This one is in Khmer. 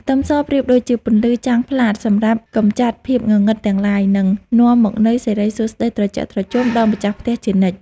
ខ្ទឹមសប្រៀបដូចជាពន្លឺចាំងផ្លាតសម្រាប់កម្ចាត់ភាពងងឹតទាំងឡាយ និង នាំមកនូវសិរីសួស្តីត្រជាក់ត្រជុំដល់ម្ចាស់ផ្ទះជានិច្ច។